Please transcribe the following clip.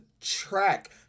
track